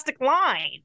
line